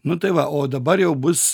nu tai va o dabar jau bus